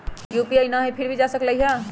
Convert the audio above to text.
UPI न हई फिर भी जा सकलई ह?